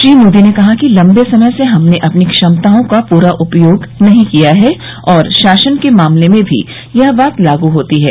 श्री मोदी ने कहा कि लंबे समय से हमने अपनी क्षमताओं का पूरा उपयोग नहीं किया है और शासन के मामले में भी यह बात लागू होती है